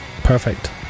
Perfect